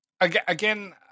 again